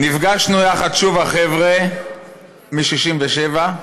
"נפגשנו יחד שוב / החבר'ה משישים ושבע,